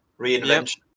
reinvention